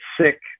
sick